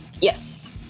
Yes